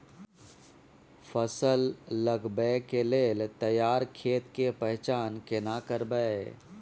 फसल लगबै के लेल तैयार खेत के पहचान केना करबै?